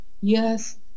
yes